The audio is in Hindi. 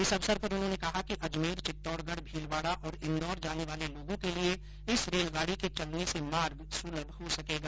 इस अवसर पर उन्होंने कहा कि अजमेर चित्तौडगढ भीलवाडा और इन्दौर जाने वाले लोगो के लिये इस रेलगाडी के चलने से मार्ग सुलभ हो सकेगा